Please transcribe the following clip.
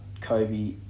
Kobe